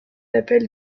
appel